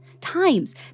times